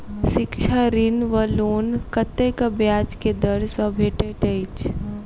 शिक्षा ऋण वा लोन कतेक ब्याज केँ दर सँ भेटैत अछि?